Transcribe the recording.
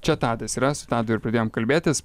čia tadas yra su tadu ir pradėjom kalbėtis